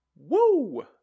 woo